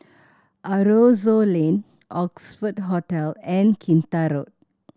Aroozoo Lane Oxford Hotel and Kinta Road